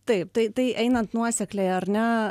taip tai tai einant nuosekliai ar ne